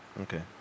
Okay